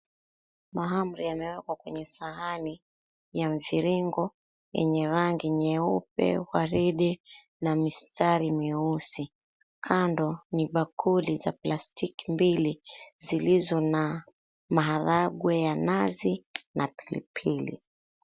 Mahamri yamewekwa kwenye sahani ya mviringo yenye rangi nyeupe, waridi na mistari mieusi. Kando ni bakuli za plastiki mbili zilizo na maharagwe ya nazi na pilipili.